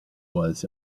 was